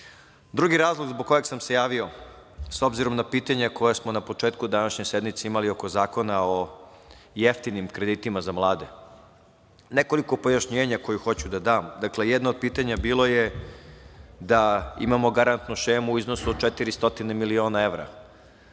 razlog zbog kojeg sam se javio obzirom na pitanja koja smo na početku današnje sednice imali oko Zakona o jeftinim kreditima za mlade, nekoliko pojašnjenja koja hoću da dam. Jedno od pitanja je bilo da imamo garantu šemu u iznosu od 400 miliona evra.